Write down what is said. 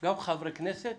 חברי כנסת